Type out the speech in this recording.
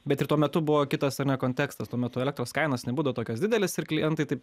bet ir tuo metu buvo kitas ar ne kontekstas tuo metu elektros kainos nebūdo tokios didelės ir klientai taip